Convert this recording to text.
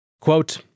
Quote